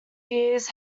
years